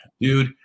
Dude